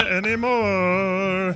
anymore